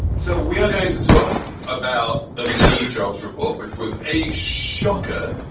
so we are going to talk about the may jobs report, which was a shocker.